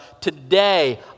Today